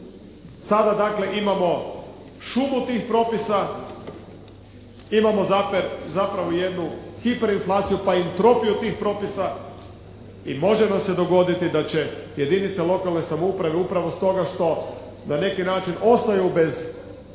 dakle imamo šumu tih propisa, imamo zapravo jednu hiperinflaciju, pa entropiju tih propisa i može nam se dogoditi da će jedinice lokalne samouprave upravo stoga što na neki način ostaju bez prihoda